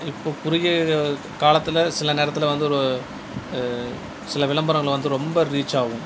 இப்போது குறுகிய காலத்தில் சில நேரத்தில் வந்து ஒரு சில விளம்பரங்கள் வந்து ரொம்ப ரீச் ஆகும்